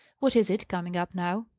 what is it, coming up now?